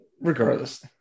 regardless